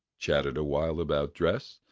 chatted a while about dress,